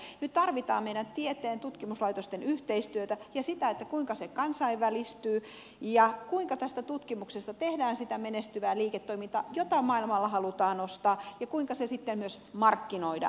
eli nyt tarvitaan meillä tieteen tutkimuslaitosten yhteistyötä ja sitä kuinka tutkimus kansainvälistyy ja kuinka siitä tehdään sitä menestyvää liiketoimintaa jota maailmalla halutaan ostaa ja kuinka se sitten myös markkinoidaan